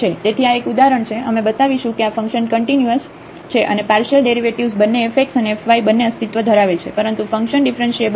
તેથી આ એક ઉદાહરણ છે અમે બતાવીશું કે આ ફંકશન કન્ટીન્યુઅસ છે અને પાર્શિયલ ડેરિવેટિવ્ઝ બંને f x અને fy બંને અસ્તિત્વ ધરાવે છે પરંતુ ફંકશનડીફરન્શીએબલ નથી